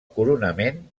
coronament